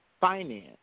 finance